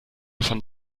von